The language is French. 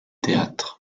théâtre